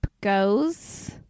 goes